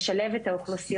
בנוסף, לשלב את האוכלוסיות,